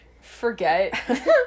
forget